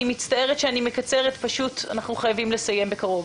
אני מצטערת שאני מקצרת אבל אנחנו חייבים לסיים את הדיון.